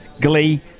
Glee